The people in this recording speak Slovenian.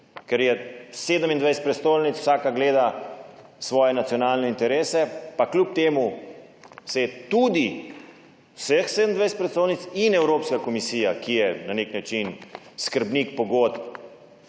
ker je 27 prestolnic, vsaka gleda svoje nacionalne interese, pa kljub temu se je tudi vseh 27 prestolnic in Evropska komisija, ki je na nek način skrbnik pogodb